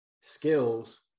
skills